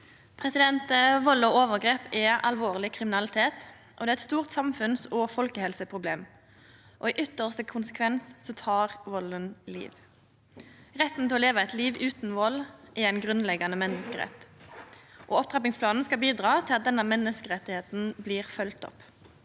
Vald og overgrep er alvorleg kriminalitet. Det er eit stort samfunns- og folkehelseproblem, og i ytste konsekvens tek valden liv. Retten til å leva eit liv utan vald er ein grunnleggjande menneskerett, og opptrappingsplanen skal bidra til at denne menneskeretten blir følgd opp.